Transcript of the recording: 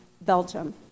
Belgium